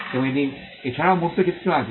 এবং এটি এছাড়াও মূর্ত চিত্র আছে